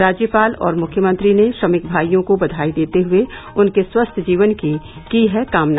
राज्यपाल और मुख्यमंत्री ने श्रमिक भाइयों को बधाई देते हुए उनके स्वस्थ जीवन की की है कामना